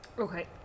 Okay